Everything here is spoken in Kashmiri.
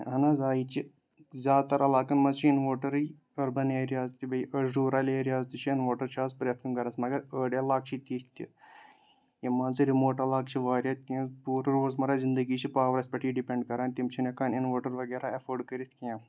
اہن حظ آ ییٚتہِ چھِ زیادٕ تر عِلاقن منٛز چھِ اِنوٲٹرٕے أربن ایریاز تہِ بیٚیہِ رولر ایریاز تہِ چھِ اِنوٲٹر چھُ آز پرٮ۪تھ کُنہِ گرس مگر أڑۍ علاقہٕ چھِ تیٚتھۍ تہِ یِم مان ژٕ رِموٹ عَلاقہٕ چھِ واریاہ تہنٛد پوٗرٕ روٗز مَرہ زِنٛدگی چھِ پاورس پٮ۪ٹھے ڈِپیٚنڑ کران تِم چھِنہٕ ہیٚکان اِنوٲٹر وغیرہ ایٚفٲڑ کٔرتھ کیٚنٛہہ